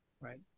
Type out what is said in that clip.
right